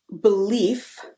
belief